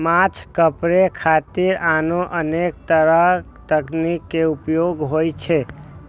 माछ पकड़े खातिर आनो अनेक तरक तकनीक के उपयोग होइ छै